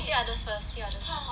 see others first see others first